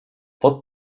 pod